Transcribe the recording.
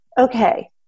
okay